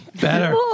better